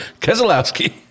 Keselowski